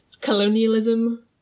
colonialism